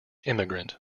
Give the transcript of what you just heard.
immigrant